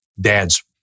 Dad's